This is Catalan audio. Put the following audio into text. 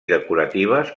decoratives